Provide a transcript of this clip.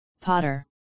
Potter